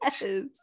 Yes